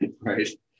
Right